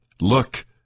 Look